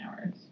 hours